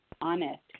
honest